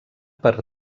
per